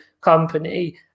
company